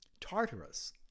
Tartarus